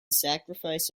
sacrifice